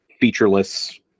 featureless